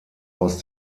aus